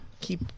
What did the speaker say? keep